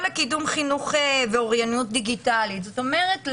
לקידום חינוך ואוריינות דיגיטלית זאת אומרת,